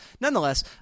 Nonetheless